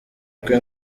kwe